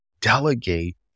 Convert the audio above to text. delegate